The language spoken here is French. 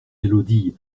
élodie